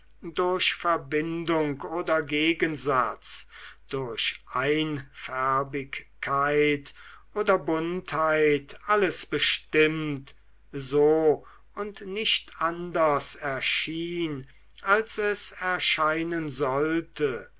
durch verbindung oder gegensatz durch einfärbigkeit oder buntheit alles bestimmt so und nicht anders erschien als es erscheinen sollte